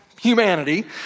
humanity